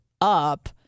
up